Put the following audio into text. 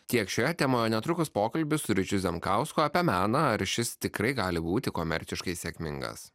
tiek šioje temoje netrukus pokalbis su ryčiu zemkausku apie meną ar šis tikrai gali būti komerciškai sėkmingas